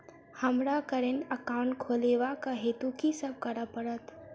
हमरा current account खोलेवाक हेतु की सब करऽ पड़त?